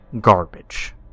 garbage